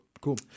Cool